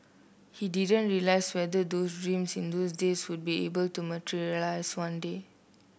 he didn't realize whether those dreams in those days would be able to materialized one day